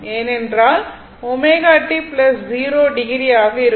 ஏனென்றால் ω t 0o ஆக இருக்கும்